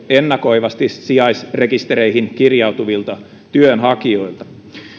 ennakoivasti sijaisrekistereihin kirjautuvilta työnhakijoilta